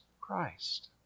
Christ